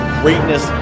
greatness